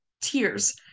Tears